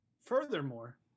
furthermore